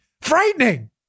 frightening